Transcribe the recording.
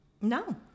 No